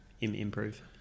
improve